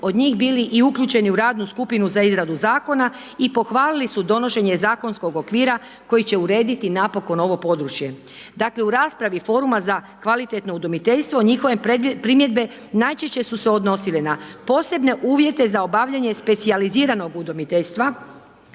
od njih bili i uključeni u radnu skupinu za izradu zakona i pohvalili su donošenje zakonskog okvira koja će urediti napokon ovo područje. Dakle, u raspravi Foruma za kvalitetno udomiteljstvo njihove primjedbe najčešće su se odnosile na posebne uvjete za obavljanje specijaliziranog udomiteljstva